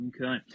Okay